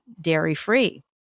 dairy-free